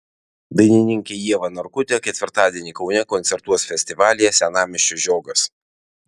dainininkė ieva narkutė ketvirtadienį kaune koncertuos festivalyje senamiesčio žiogas